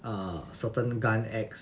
err certain guy X